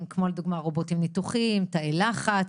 כמו לדוגמה רובוטים ניתוחיים ותאי לחץ?